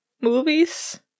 movies